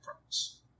promise